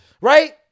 right